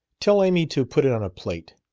tell amy to put it on a plate.